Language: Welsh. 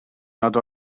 nad